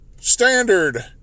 Standard